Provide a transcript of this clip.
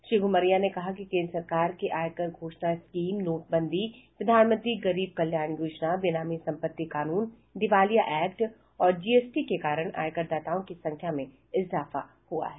श्री घूमरिया ने कहा कि केन्द्र सरकार के आयकर घोषणा स्कीम नोटबंदी प्रधानमंत्री गरीब कल्याण योजना बेनामी संपत्ति कानून दिवालिया एक्ट और जीएसटी के कारण आयकरदाताओं की संख्या में इजाफा हुआ है